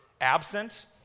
absent